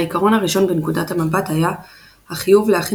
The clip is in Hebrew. העיקרון הראשון בנקודות המבט היה החיוב להכין